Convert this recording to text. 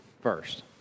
first